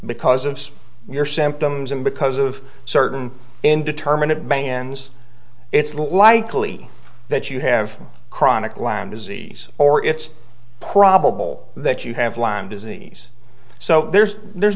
because of your symptoms and because of certain indeterminate bans it's not likely that you have chronic lyme disease or it's probable that you have lyme disease so there's there's